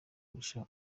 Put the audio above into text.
kurusha